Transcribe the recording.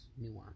Nuance